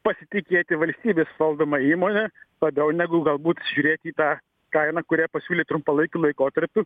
pasitikėti valstybės valdoma įmone labiau negu galbūt žiūrėti į tą kainą kurią pasiūlė trumpalaikiu laikotarpiu